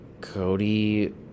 Cody